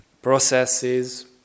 processes